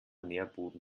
nährboden